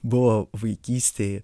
buvo vaikystėj